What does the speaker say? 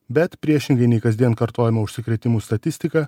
bet priešingai nei kasdien kartojama užsikrėtimų statistika